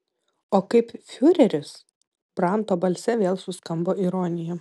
o kaip fiureris branto balse vėl suskambo ironija